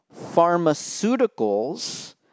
pharmaceuticals